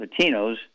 Latinos